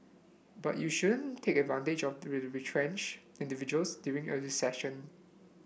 but you shouldn't take advantage of retrenched individuals during a recession